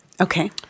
Okay